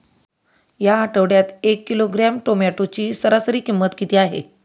या आठवड्यात एक किलोग्रॅम टोमॅटोची सरासरी किंमत किती आहे?